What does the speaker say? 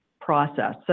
process